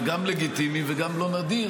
זה גם לגיטימי וגם לא נדיר,